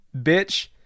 bitch